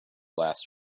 last